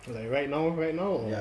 like right now right now or